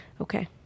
Okay